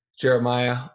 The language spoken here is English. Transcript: Jeremiah